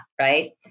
right